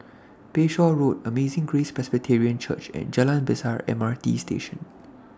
Bayshore Road Amazing Grace Presbyterian Church and Jalan Besar M R T Station